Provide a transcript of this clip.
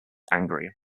angry